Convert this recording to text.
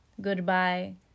Goodbye